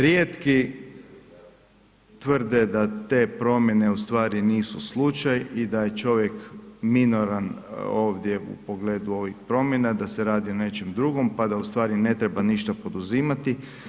Rijetki tvrde da te promjene ustvari nisu slučaj i da je čovjek minoran ovdje u pogledu ovih promjena, da se radi o nečem drugom pa da ustvari ne treba ništa poduzimati.